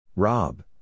Rob